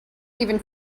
even